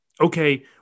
okay